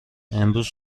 امروز